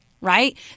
right